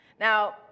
Now